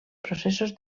processos